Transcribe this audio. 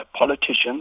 politicians